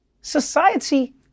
society